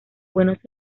buenos